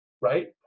right